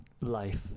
life